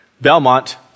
Belmont